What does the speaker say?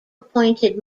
appointed